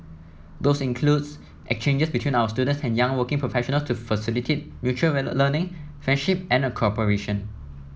those includes exchanges between our students and young working professional to facilitate mutual learning friendship and cooperation